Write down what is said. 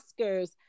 Oscars